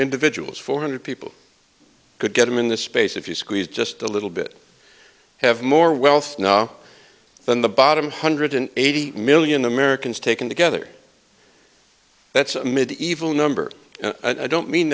individuals four hundred people could get them in this space if you squeeze just a little bit have more wealth now than the bottom hundred and eighty million americans taken together that's a medieval number and i don't mean